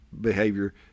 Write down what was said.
behavior